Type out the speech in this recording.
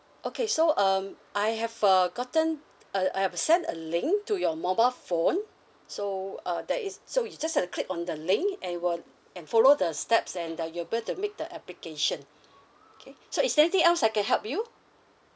okay so um I have uh gotten uh I have uh sent a link to your mobile phone so uh that is so you just have to click on the link and it will and follow the steps and uh you are able to make the application okay so is there anything else I can help you